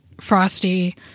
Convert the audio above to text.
Frosty